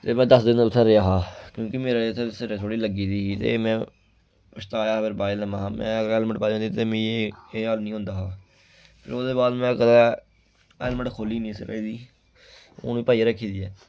ते में दस दिन उत्थै रेह हा क्योंकि मेरे इत्थै सिरै थोह्ड़ी लग्गी दी ही ते में पछाताया दा बाद में अगर हेलमेट पाई दी होंदी ह ते मिगी एह् हाल निं होंदा हा फिर ओह्दे बाद में कदें हेलमेट खोह्ली निं सिरै दी हून बी पाइयै रक्खी दी ऐ